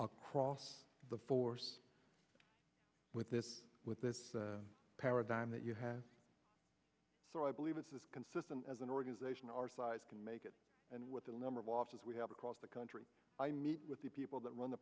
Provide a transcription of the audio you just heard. across the force with this with this paradigm that you have so i believe it's as consistent as an organization our size can make it and with the number of offices we have across the country i meet with the people that run the